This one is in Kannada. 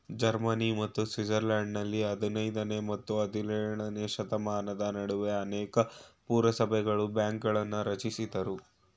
ಜರ್ಮನಿ ಮತ್ತು ಸ್ವಿಟ್ಜರ್ಲೆಂಡ್ನಲ್ಲಿ ಹದಿನೈದನೇ ಮತ್ತು ಹದಿನೇಳನೇಶತಮಾನದ ನಡುವೆ ಅನೇಕ ಪುರಸಭೆಗಳು ಬ್ಯಾಂಕ್ಗಳನ್ನ ರಚಿಸಿದ್ರು